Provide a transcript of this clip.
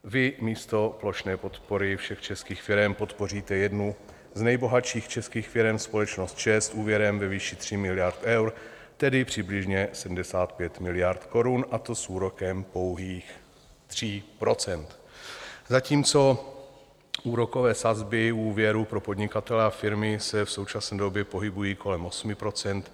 Vy místo plošné podpory všech českých firem podpoříte jednu z nejbohatších českých firem, společnost ČEZ, úvěrem ve výši 3 miliard eur, tedy přibližně 75 miliard korun, a to s úrokem pouhých 3 %, zatímco úrokové sazby u úvěrů pro podnikatele a firmy se v současné době pohybují kolem 8 %.